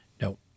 No